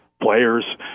players